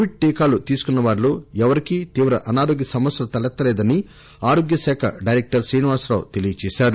Covid టీకాలు తీసుకున్నవారిలో ఎవరికీ తీవ్ర అనారోగ్య సమస్యలు తలెత్తలేదని ఆరోగ్య శాఖ డైరెక్టర్ శ్రీనివాసరావు తెలిపారు